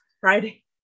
friday